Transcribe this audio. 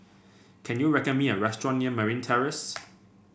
can you me a restaurant near Marine Terrace